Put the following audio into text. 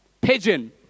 Pigeon